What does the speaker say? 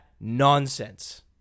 nonsense